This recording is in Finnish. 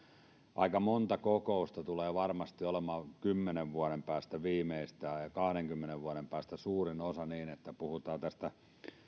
aika monta kokousta tulee varmasti olemaan viimeistään kymmenen vuoden päästä ja kahdenkymmenen vuoden päästä suurin osa niin että on